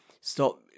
stop